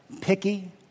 picky